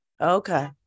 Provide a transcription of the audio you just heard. okay